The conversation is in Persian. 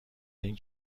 این